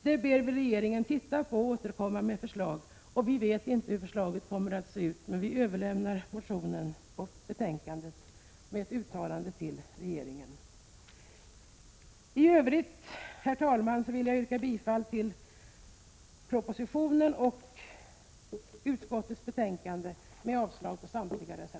Vi föreslår riksdagen att hemställa hos regeringen om ett förslag till lösning av denna fråga utan att gå in på hur förslaget bör utformas. Herr talman! Jag yrkar bifall till utskottets hemställan och avslag på samtliga reservationer.